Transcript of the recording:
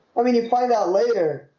i mean you find out later.